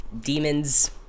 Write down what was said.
demons